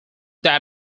that